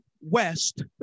West